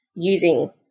using